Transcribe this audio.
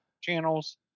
channels